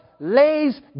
lays